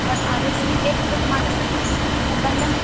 اور آلو چاہیے ایک کلو ٹماٹر کر لیجئے اور بیگن